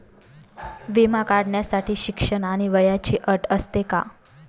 विमा काढण्यासाठी शिक्षण आणि वयाची अट असते का?